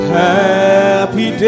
happy